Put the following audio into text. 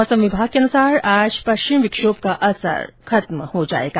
मौसम विभाग के अनुसार आज पश्चिमी विक्षोभ का असर खत्म हो जाएगा